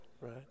right